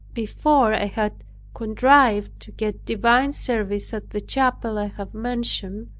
before i had contrived to get divine service at the chapel i have mentioned,